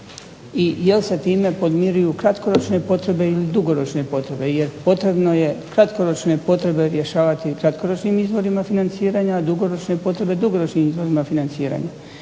i jel' se time podmiruju kratkoročne potrebe ili dugoročne potrebe. Jer potrebno je kratkoročne potrebe rješavati kratkoročnim izvorima financiranja, a dugoročne potrebe dugoročnim izvorima financiranja.